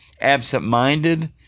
absent-minded